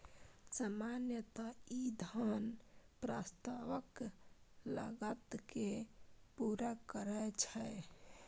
सामान्यतः ई धन प्रस्तावक लागत कें पूरा करै छै